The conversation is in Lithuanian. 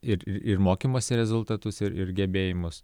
ir ir mokymosi rezultatus ir gebėjimus